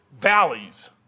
valleys